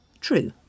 True